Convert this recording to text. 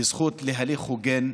בזכות להליך הוגן,